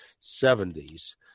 70s